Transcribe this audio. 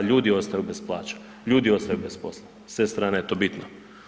Ljudi ostaju bez plaća, ljudi ostaju bez posla s te strane je to bitno.